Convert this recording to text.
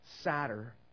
sadder